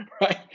right